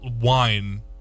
wine